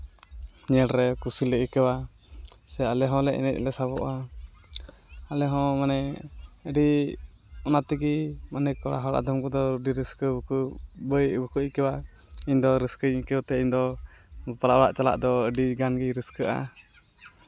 ᱧᱮᱞ ᱨᱮ ᱠᱩᱥᱤᱞᱮ ᱟᱹᱭᱠᱟᱹᱣᱟ ᱥᱮ ᱟᱞᱮ ᱦᱚᱸᱞᱮ ᱮᱱᱮᱡ ᱞᱮ ᱥᱟᱵᱚᱜᱼᱟ ᱟᱞᱮ ᱦᱚᱸ ᱢᱟᱱᱮ ᱟᱹᱰᱤ ᱚᱱᱟ ᱛᱮᱜᱮ ᱢᱟᱱᱮ ᱠᱚᱲᱟ ᱦᱚᱲ ᱟᱫᱚᱢ ᱠᱚᱫᱚ ᱟᱹᱰᱤ ᱨᱟᱹᱥᱠᱟᱹ ᱠᱚ ᱵᱟᱠᱚ ᱟᱹᱭᱠᱟᱹᱣᱟ ᱤᱧᱫᱚ ᱨᱟᱹᱥᱠᱟᱹᱧ ᱟᱹᱭᱠᱟᱣ ᱛᱮ ᱤᱧᱫᱚ ᱵᱟᱯᱞᱟ ᱚᱲᱟᱜ ᱪᱟᱞᱟᱜ ᱫᱚ ᱟᱹᱰᱤ ᱜᱟᱱ ᱜᱤᱧ ᱨᱟᱹᱥᱠᱟᱹᱜᱼᱟ